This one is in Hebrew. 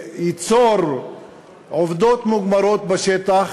ליצור עובדות מוגמרות בשטח,